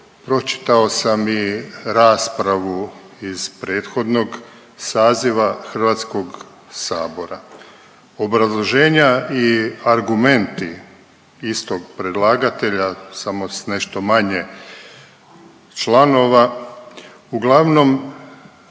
pročitao sam i raspravu iz prethodnog saziva HS-a. obrazloženja i argumenti istog predlagatelja samo s nešto manje članova, uglavnom